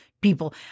people